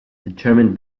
determined